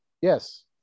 Yes